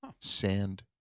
sand